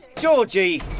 georgie!